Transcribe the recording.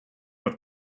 not